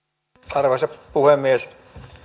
arvoisa puhemies